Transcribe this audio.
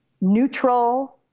neutral